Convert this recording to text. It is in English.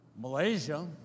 Malaysia